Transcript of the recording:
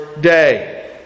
day